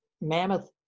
mammoth